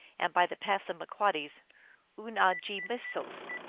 and by the passamaquoddies oonahgemessos.